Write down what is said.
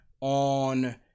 on